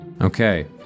okay